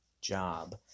job